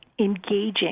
engaging